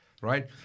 right